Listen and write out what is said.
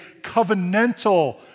covenantal